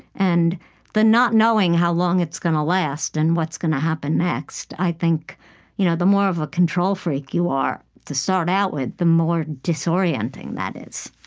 and the not knowing how long it's going to last and what's going to happen next i think you know the more of a control freak you are to start out with, the more disorienting that is